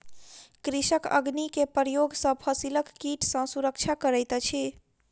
कृषक अग्नि के प्रयोग सॅ फसिलक कीट सॅ सुरक्षा करैत अछि